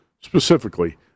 specifically